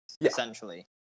essentially